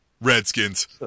Redskins